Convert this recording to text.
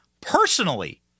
personally